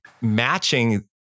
matching